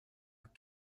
vous